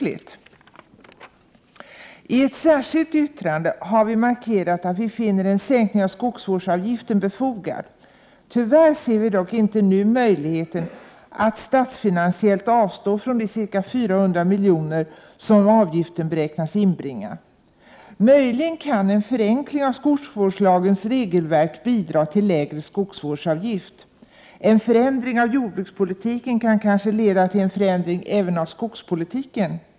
Vid ett särskilt yttrande har vi markerat att vi finner en sänkning av skogsvårdsavgiften befogad. Tyvärr ser vi dock inte nu någon möjlighet att statsfinansiellt avstå från de ca 400 miljoner som avgiften beräknas inbringa. Möjligen kan en förenkling av skogsvårdslagens regelverk bidra till lägre skogsvårdsavgifter. En förändring av jordbrukspolitiken kan kanske leda till en förändring även av skogspolitiken.